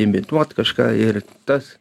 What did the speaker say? imituot kažką ir tas